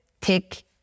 take